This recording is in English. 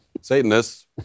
Satanists